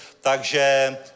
takže